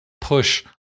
push